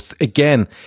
again